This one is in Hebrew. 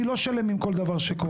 אני לא שלם עם כל דבר שקורה,